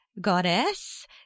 goddess